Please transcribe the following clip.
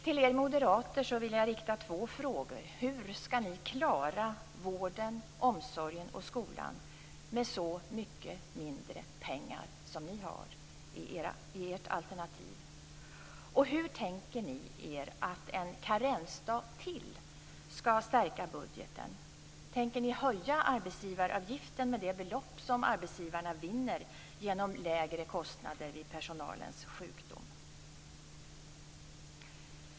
Till er moderater vill jag rikta två frågor: Hur skall ni klara vården, omsorgen och skolan med så mycket mindre pengar som ni har i ert alternativ? Hur tänker ni er att ytterligare en karensdag skall stärka budgeten? Tänker ni höja arbetsgivaravgiften med det belopp som arbetsgivarna vinner genom lägre kostnader vid personalens sjukdom?